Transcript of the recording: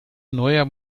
neuer